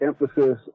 emphasis